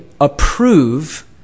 approve